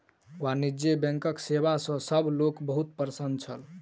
वाणिज्य बैंकक सेवा सॅ सभ लोक बहुत प्रसन्न छल